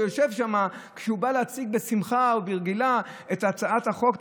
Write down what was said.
הוא יושב שם כשהוא בא להציג בשמחה ובגילה את הצעת החוק,